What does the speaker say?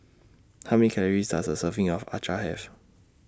How Many Calories Does A Serving of Acar Have